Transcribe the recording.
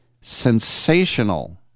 sensational